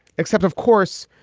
except, of course,